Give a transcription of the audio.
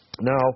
Now